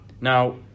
now